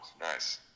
nice